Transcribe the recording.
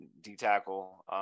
D-tackle